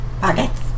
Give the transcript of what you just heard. pockets